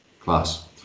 Class